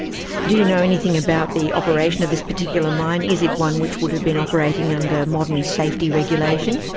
do you know anything about the operation of this particular mine? is it one which would have been operating under modern safety regulation?